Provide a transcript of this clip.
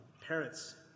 Parents